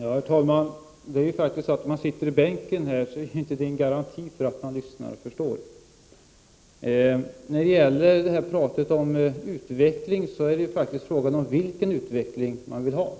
Herr talman! Det faktum att man sitter i bänken är inte en garanti för att man lyssnar och förstår. När det gäller talet om utveckling är det faktiskt fråga om vilken utveck = Prot. 1989/90:31 ling man vill ha.